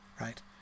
right